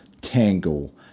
tangle